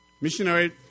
missionary